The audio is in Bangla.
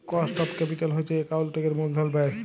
কস্ট অফ ক্যাপিটাল হছে একাউল্টিংয়ের মূলধল ব্যায়